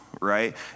right